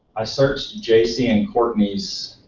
ah searched jason and courtney's